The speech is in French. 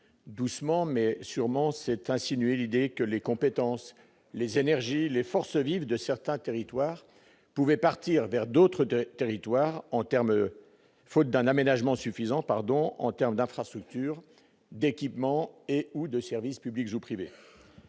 Doucement, mais sûrement, s'est insinuée l'idée que les compétences, les énergies, les forces vives de certains territoires pouvaient partir vers d'autres territoires, faute d'un aménagement suffisant en termes d'infrastructures, d'équipements ou de services publics ou privés.